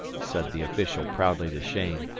said the official proudly to cheyne.